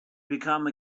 became